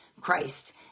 christ